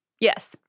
Yes